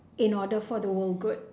in order for the world good